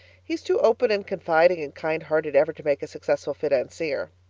he's too open and confiding and kind-hearted ever to make a successful financier.